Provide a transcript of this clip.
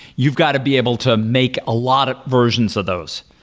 you've got to be able to make a lot of versions of those,